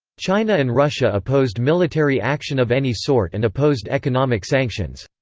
china and russia opposed military action of any sort and opposed economic sanctions.